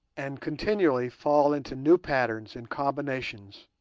and continually fall into new patterns and combinations.